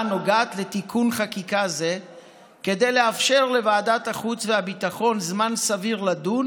נוגעת לתיקון חקיקה זה כדי לאפשר לוועדת החוץ והביטחון זמן סביר לדון